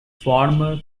former